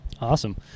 Awesome